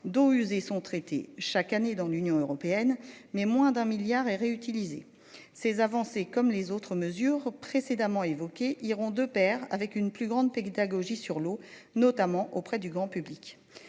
d'eaux usées sont traitées chaque année dans l'Union européenne mais moins d'un milliard et réutiliser ces avancées comme les autres mesures précédemment évoqués iront de Pair avec une plus grande pédagogie sur l'eau, notamment auprès du grand public